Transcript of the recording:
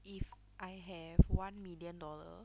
if I have one million dollar